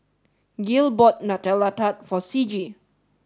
Gil bought Nutella Tart for Ciji